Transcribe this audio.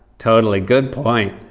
totally. good point.